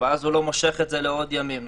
ואז הוא לא מושך את זה לימים נוספים.